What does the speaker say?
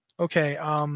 Okay